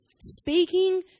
Speaking